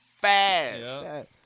fast